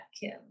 Kim